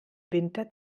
winter